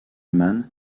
mann